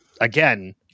again